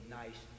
nice